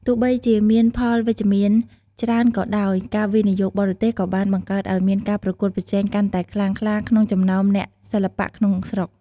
ទោះបីជាមានផលវិជ្ជមានច្រើនក៏ដោយ ការវិនិយោគបរទេសក៏បានបង្កើតឱ្យមានការប្រកួតប្រជែងកាន់តែខ្លាំងក្លាក្នុងចំណោមអ្នកសិល្បៈក្នុងស្រុក។